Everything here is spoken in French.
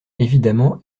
évidemment